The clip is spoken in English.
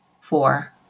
four